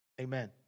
amen